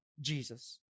Jesus